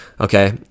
Okay